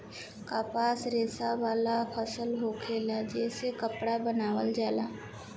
कपास रेशा वाला फसल होखेला जे से कपड़ा बनावल जाला